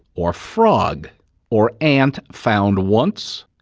or frog or ant found once,